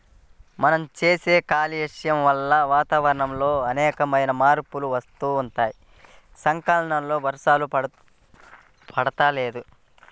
మనం చేసే కాలుష్యం వల్ల వాతావరణంలో అనేకమైన మార్పులు వత్తన్నాయి, సకాలంలో వర్షాలు పడతల్లేదు